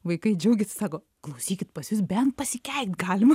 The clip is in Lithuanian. vaikai džiaugiasi sako klausykit pas jus bent pasikeikt galima